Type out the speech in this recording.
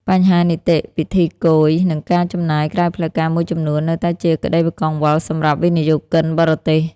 បញ្ហានីតិវិធីគយ និងការចំណាយក្រៅផ្លូវការមួយចំនួន នៅតែជាក្ដីកង្វល់សម្រាប់វិនិយោគិនបរទេស។